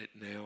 now